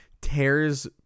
tears